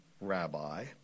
rabbi